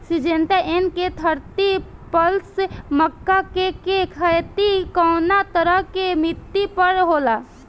Syngenta NK thirty plus मक्का के के खेती कवना तरह के मिट्टी पर होला?